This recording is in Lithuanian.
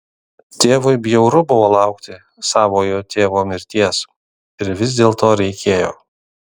tėvui bjauru buvo laukti savojo tėvo mirties ir vis dėlto reikėjo